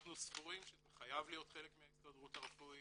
אנחנו סבורים שזה חייב להיות חלק מההסתדרות הרפואית.